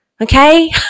Okay